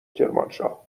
کرمانشاه